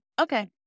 okay